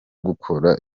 gukora